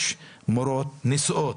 יש מורות נשואות,